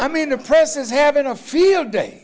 i mean the press is having a field day